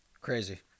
Crazy